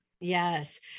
Yes